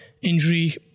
injury